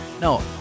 No